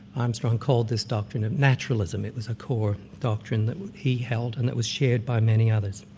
armstrong called this doctrine ah naturalism it was a core doctrine that he held and it was shared by many others.